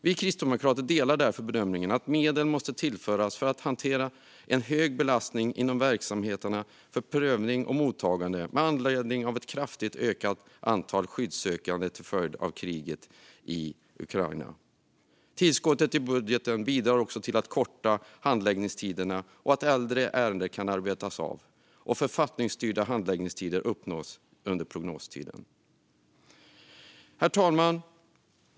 Vi kristdemokrater delar därför bedömningen att medel måste tillföras för att hantera en hög belastning inom verksamheterna för prövning och mottagande med anledning av ett kraftigt ökat antal skyddssökande till följd av kriget i Ukraina. Tillskottet till budgeten bidrar också till att korta handläggningstiderna, att äldre ärenden kan betas av och att författningsstyrda handläggningstider uppnås under prognostiden. Herr talman!